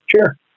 Sure